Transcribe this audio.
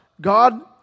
God